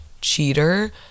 cheater